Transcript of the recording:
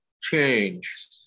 change